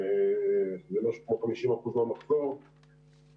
שהן כ-50% מהמחזור,